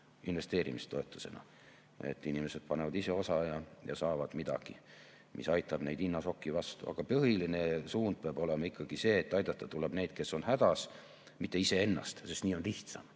investeerimistoetusena, et inimesed panevad ise osa ja saavad midagi, mis aitab neid hinnašoki vastu. Aga põhiline suund peab olema ikkagi see, et aidata tuleb neid, kes on hädas, mitte iseennast, sest nii on lihtsam,